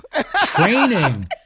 Training